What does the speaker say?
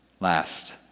Last